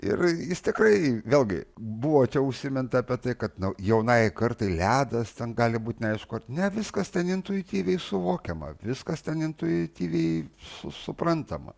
ir jis tikrai vėlgi buvo čia užsiminta apie tai kad jaunąjai kartai ledas ten gali būti neaišku ar ne viskas ten intuityviai suvokiama viskas ten intuityviai suprantama